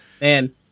man